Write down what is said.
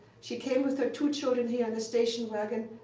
she came with her two children here in a station wagon,